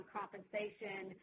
compensation